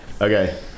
Okay